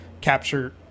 capture